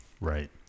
Right